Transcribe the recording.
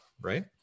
right